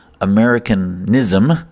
Americanism